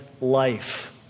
life